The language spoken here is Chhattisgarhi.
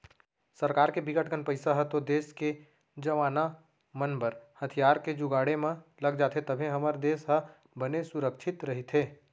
सरकार के बिकट कन पइसा ह तो देस के जवाना मन बर हथियार के जुगाड़े म लग जाथे तभे हमर देस ह बने सुरक्छित रहिथे